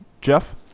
Jeff